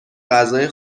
غذای